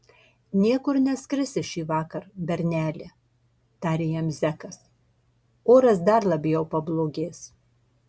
niekur neskrisi šįvakar berneli tarė jam zekas oras dar labiau pablogės